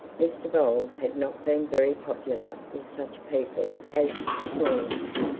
mr bold had not been very popular with such people as the thornes,